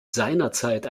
seinerzeit